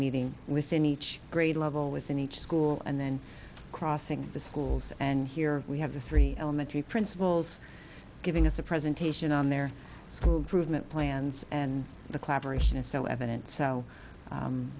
meeting within each grade level within each school and then crossing the schools and here we have the three elementary principals giving us a presentation on their school improvement plans and the collaboration is so evident so